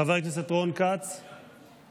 חבר הכנסת רון כץ מעוניין.